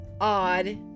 odd